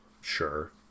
Sure